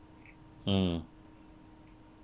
mm